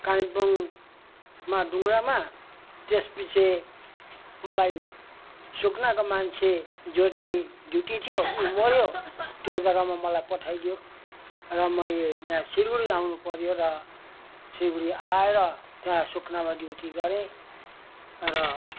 कालिम्पोङमा डुङ्ग्रामा त्यसपछि मलाई सुकुनाको मान्छे जो चाहिँ ड्युटी थियो ऊ मर्यो त्यो जग्गामा मलाई पठाइदियो र मैले यहाँ सिलगढी आउनुपर्यो र सिलगढी आएर त्यहाँ सुकुनामा ड्युटी गरेँ र